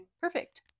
Perfect